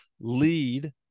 lead